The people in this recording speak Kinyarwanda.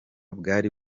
bwari